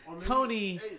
Tony